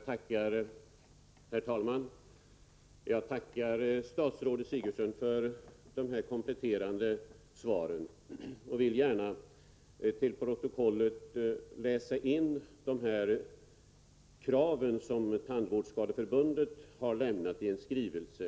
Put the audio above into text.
Herr talman! Jag tackar statsrådet Sigurdsen för dessa kompletterande upplysningar. Jag vill gärna till protokollet läsa in de krav som Tandvårdsskadeförbundet har framställt i sin skrivelse.